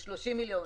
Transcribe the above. על 30 מיליון,